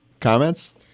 comments